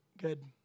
Good